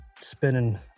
spinning